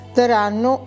daranno